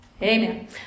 amen